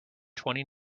twenty